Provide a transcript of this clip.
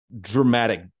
dramatic